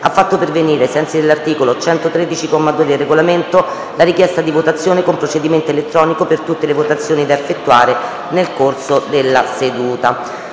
ha fatto pervenire, ai sensi dell'articolo 113, comma 2, del Regolamento, la richiesta di votazione con procedimento elettronico per tutte le votazioni da effettuare nel corso della seduta.